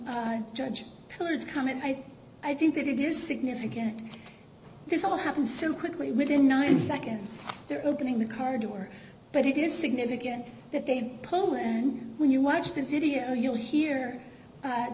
please comment i i think that it is significant this all happened so quickly within ninety seconds they're opening the car door but it is significant that they pull and when you watch the video you'll hear